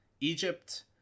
Egypt